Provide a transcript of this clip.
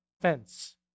fence